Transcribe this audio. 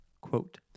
quote